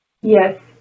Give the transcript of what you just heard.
Yes